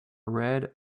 red